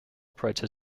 operated